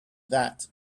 that